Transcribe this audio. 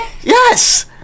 Yes